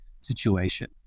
situation